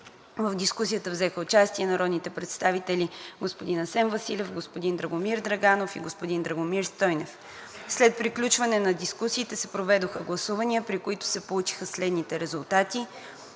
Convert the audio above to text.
В дискусията взеха участие народните представители господин Асен Василев, господин Драгомир Драганов и господин Драгомир Стойнев. След приключване на дискусиите се проведоха гласувания, при които се получиха следните резултати: